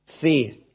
faith